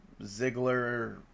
ziggler